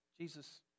Jesus